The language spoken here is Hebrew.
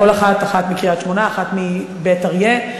אחת מקריית-שמונה ואחת מבית-אריה.